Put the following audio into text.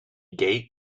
gate